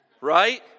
right